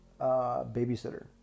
babysitter